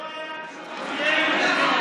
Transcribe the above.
לא היה כלום כי אין כלום.